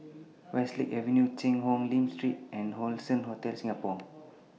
Westlake Avenue Cheang Hong Lim Street and Allson Hotel Singapore